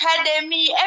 academy